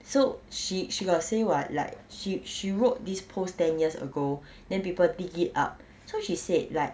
so she she got say what like she she wrote this post ten years ago then people dig it up so she said like